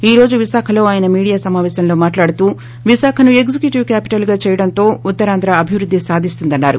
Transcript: ఈ రోజు విశాఖలో ఆయన మీడియా సమావేశంలో మాట్లాడుతూ విశాఖను ఎగ్లిక్యూటివ్ క్యాపిటల్గా చేయడంతో ఉత్తరాంధ్ర అభివృద్ది సాధిస్తుందని అన్నారు